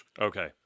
Okay